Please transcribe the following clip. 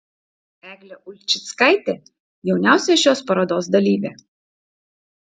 eglė ulčickaitė jauniausia šios parodos dalyvė